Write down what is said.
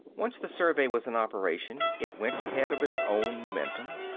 once the survey was in operation it went ahead of its own momentum.